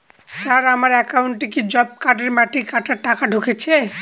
Sir আমার একাউন্টে কি জব কার্ডের মাটি কাটার টাকা ঢুকেছে?